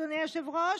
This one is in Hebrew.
אדוני היושב-ראש,